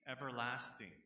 everlasting